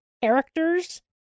characters